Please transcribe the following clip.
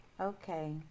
Okay